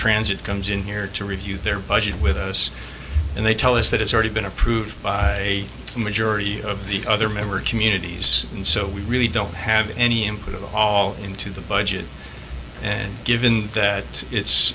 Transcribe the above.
transit comes in here to review their budget with us and they tell us that it's already been approved by a majority of the other member communities and so we really don't have any input of all into the budget and given that it's